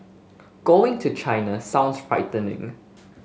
going to China sounds frightening